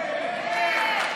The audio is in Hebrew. אמן.